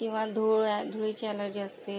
किंवा धूळ आहे धुळीची अॅलर्जी असते